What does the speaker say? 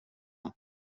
dem